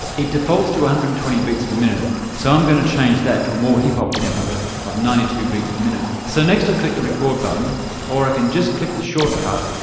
it defaults to one hundred and twenty beats per minute so i'm going to change that to a more hip hop tempo of ninety two beats per minute. so next i click the record button or i can just click the short cut,